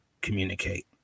communicate